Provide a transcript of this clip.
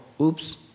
oops